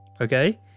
okay